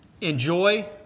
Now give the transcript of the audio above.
Enjoy